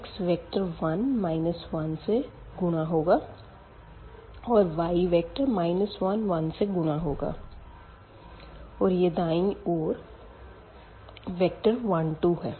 x vector 1 1 से गुणा होगा और y वेक्टर 1 1 से गुणा होगा और यह दायीं ओर वेक्टर 1 2 है